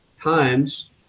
times